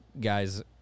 guys